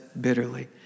bitterly